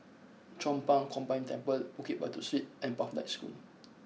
Chong Pang Combined Temple Bukit Batok Street and Pathlight School